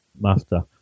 master